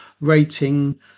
rating